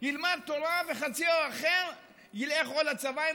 ילמד תורה וחציו האחר ילך או לצבא,